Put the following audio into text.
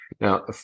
Now